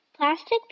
Plastic